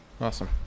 Awesome